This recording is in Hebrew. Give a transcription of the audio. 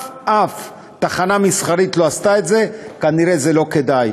שום תחנה מסחרית לא עשתה את זה, כנראה זה לא כדאי.